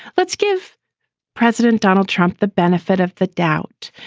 let's give president donald trump the benefit of the doubt.